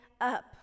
up